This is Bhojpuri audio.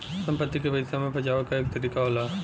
संपत्ति के पइसा मे भजावे क एक तरीका होला